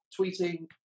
tweeting